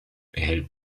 erhält